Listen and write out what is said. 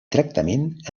tractament